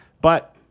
But-